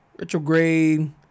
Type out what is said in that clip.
Retrograde